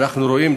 ואנחנו רואים,